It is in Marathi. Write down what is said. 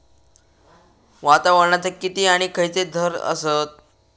वातावरणाचे किती आणि खैयचे थर आसत?